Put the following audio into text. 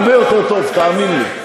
הרבה יותר טוב, תאמין לי.